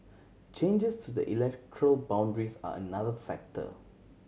changes to the electoral boundaries are another factor